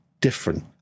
different